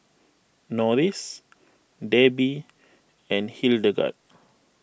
Norris Debbi and Hildegard